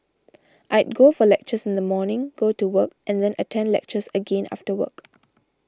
I'd go for lectures in the morning go to work and then attend lectures again after work